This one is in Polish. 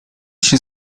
się